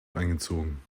eingezogen